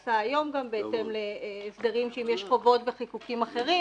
שנעשה היום, שאם יש חובות וחיקוקים אחרים